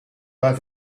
pas